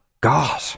God